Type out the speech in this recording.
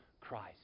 Christ